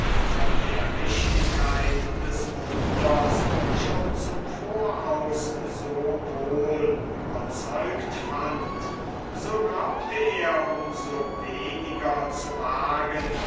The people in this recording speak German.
von der richtigkeit des wunders schon zum voraus so wohl überzeugt fand so glaubte er um so weniger zu wagen